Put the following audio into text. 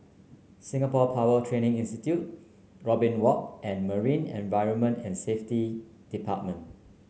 Singapore Power Training Institute Robin Walk and Marine Environment and Safety Department